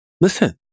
listen